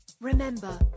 Remember